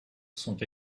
sont